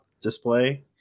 display